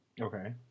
Okay